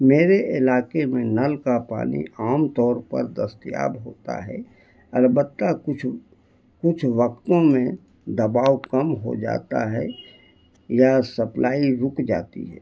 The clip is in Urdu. میرے علاقے میں نل کا پانی عام طور پر دستیاب ہوتا ہے البتہ کچھ کچھ وقتوں میں دباؤ کم ہو جاتا ہے یا سپلائی رک جاتی ہے